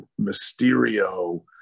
Mysterio